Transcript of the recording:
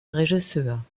regisseur